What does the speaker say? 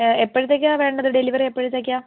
എപ്പോഴത്തേക്കാണ് വേണ്ടത് ഡെലിവറി എപ്പോഴത്തേക്കാണ്